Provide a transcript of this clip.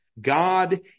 God